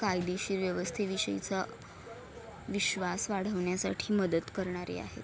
कायदेशीर व्यवस्थेविषयीचा विश्वास वाढवण्यासाठी मदत करणारे आहेत